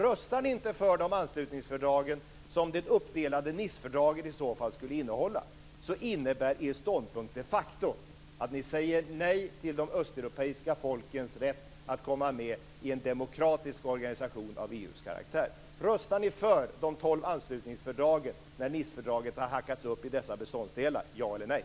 Därför att om ni inte röstar för de anslutningsfördrag som det uppdelade Nicefördraget i så fall skulle innehålla så innebär er ståndpunkt de facto att ni säger nej till de östeuropeiska folkens rätt att komma med i en demokratisk organisation av EU:s karaktär. Röstar ni för de tolv anslutningsfördragen när Nicefördraget har hackats upp i dessa beståndsdelar, ja eller nej?